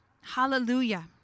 Hallelujah